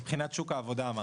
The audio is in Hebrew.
מבחינת שוק העבודה אמרתי.